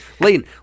Layton